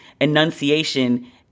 enunciation